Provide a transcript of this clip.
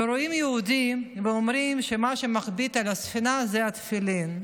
ורואים יהודים ואומרים שמה שמכביד על הספינה זה התפילין.